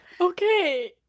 okay